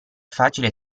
facile